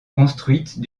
construite